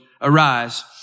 Arise